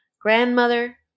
grandmother